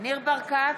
ניר ברקת,